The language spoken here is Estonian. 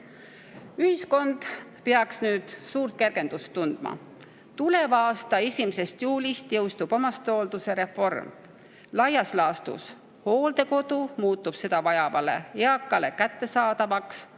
Ühiskond peaks nüüd suurt kergendust tundma. Tuleva aasta 1. juulist jõustub omastehoolduse reform. Laias laastus muutub hooldekodu seda vajavale eakale kättesaadavaks,